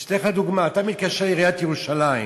אני אתן לך דוגמה: אתה מתקשר לעיריית ירושלים